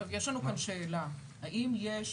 יש לנו כאן שאלה, האם יש